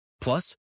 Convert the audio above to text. Plus